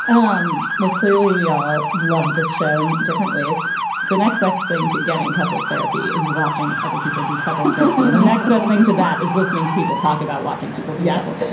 um like clearly we all loved this show in different ways the next best thing to getting couples therapy is watching other people do couples therapy the next best thing to that is listening to people talk about watching people the yeah